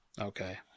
okay